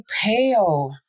pale